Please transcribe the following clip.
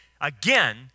Again